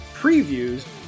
previews